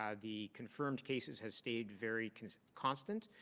um the confirmed cases have stayed very constant,